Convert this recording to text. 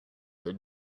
that